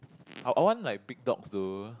I I want like big dogs though